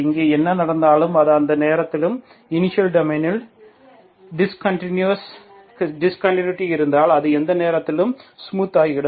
இங்கே என்ன நடந்தாலும் அது எந்த நேரத்திலும் இனிஷியல் டொமைனில் டிஸ்கண்டுனிடி இருந்தால் அது எந்த நேரத்திலும் ஸ்மூத்தாகிவிடும்